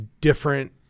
different